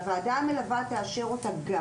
והוועדה המלווה תאשר אותה גם